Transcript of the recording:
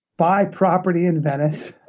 buy property in venice.